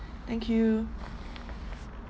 thank you